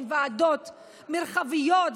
ועדות מרחביות,